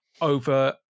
over